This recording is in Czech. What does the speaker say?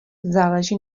záleží